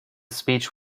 speech